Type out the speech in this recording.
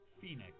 Phoenix